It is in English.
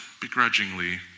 begrudgingly